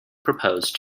proposed